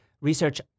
research